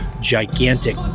gigantic